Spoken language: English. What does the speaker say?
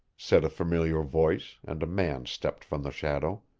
said a familiar voice, and a man stepped from the shadow.